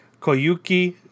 Koyuki